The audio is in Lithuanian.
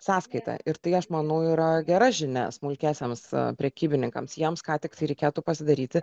sąskaita ir tai aš manau yra gera žinia smulkiesiems prekybininkams jiems ką tiktai reikėtų pasidaryti